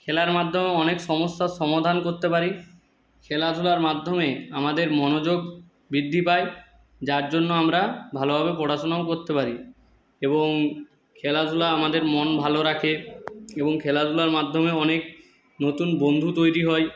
খেলার মাধ্যমে অনেক সমস্যার সমাধান করতে পারি খেলাধুলার মাধ্যমে আমাদের মনোযোগ বৃদ্ধি পায় যার জন্য আমরা ভালোভাবে পড়াশুনাও করতে পারি এবং খেলাধুলা আমাদের মন ভালো রাখে এবং খেলাধুলার মাধ্যমে অনেক নতুন বন্ধু তৈরি হয়